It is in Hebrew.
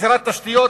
עבודת נשים,